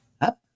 up